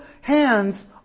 hands